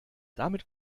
damit